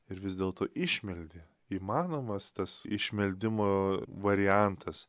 ir vis dėlto išmeldė įmanomas tas išmeldimo variantas